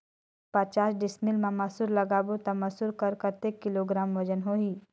पचास डिसमिल मा मसुर लगाबो ता मसुर कर कतेक किलोग्राम वजन होही?